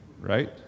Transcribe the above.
Right